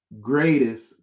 greatest